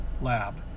Lab